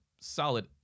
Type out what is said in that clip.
solid